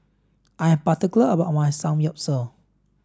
I am particular about my Samgyeopsal